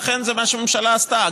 ואכן זה מה שהממשלה עשתה.